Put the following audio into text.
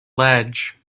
ledge